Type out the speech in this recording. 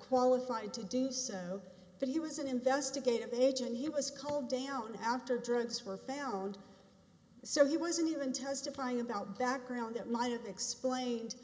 qualified to do so but he was an investigative agent he was called down after drugs were found so he wasn't even testifying about background that might have explained